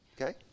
okay